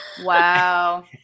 Wow